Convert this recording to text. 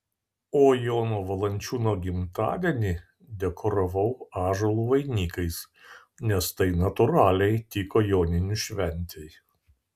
o jono valančiūno gimtadienį dekoravau ąžuolų vainikais nes tai natūraliai tiko joninių šventei